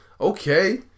Okay